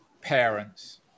parents